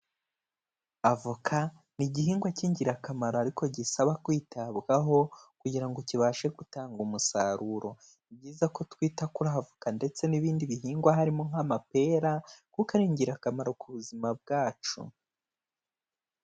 Avoka ni igihingwa cy'ingirakamaro ariko gisaba kwitabwaho kugira ngo kibashe gutanga umusaruro. Ni byiza ko twita kuri avoka ndetse n'ibindi bihingwa harimo nk'amapera kuko ari ingirakamaro ku buzima bwacu.